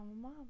mom